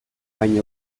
baina